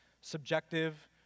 subjective